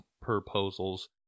proposals